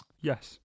Yes